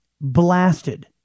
blasted